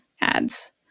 Ads